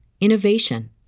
innovation